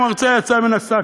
המרצע יצא מהשק,